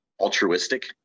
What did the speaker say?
altruistic